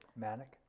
Manic